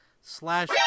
slash